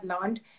learned